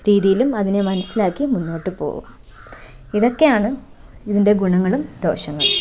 രീതിയിലും അതിനെ മനസ്സിലാക്കി മുന്നോട്ടു പോകുക ഇതൊക്കെയാണ് ഇതിന്റെ ഗുണങ്ങളും ദോഷങ്ങളും